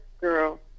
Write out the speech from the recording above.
girl